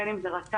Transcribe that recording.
בין אם זה רט"ג,